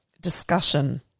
discussion